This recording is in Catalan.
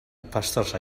pastors